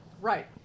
Right